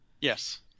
Yes